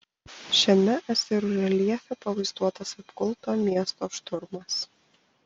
šiame asirų reljefe pavaizduotas apgulto miesto šturmas